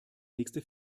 nächste